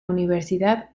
universidad